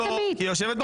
היא יושבת פה,